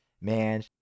Man